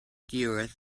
yours